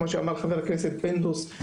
כמו שאמר חבר הכנסת פינדרוס,